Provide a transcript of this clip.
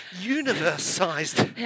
universe-sized